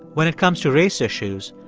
when it comes to race issues,